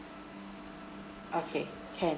okay can